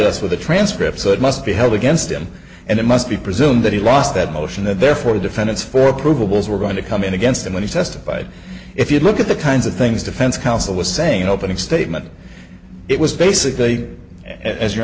us with a transcript so it must be held against him and it must be presumed that he lost that motion that therefore the defendants for approvable were going to come in against him when he testified if you look at the kinds of things defense counsel was saying in opening statement it was basically as you're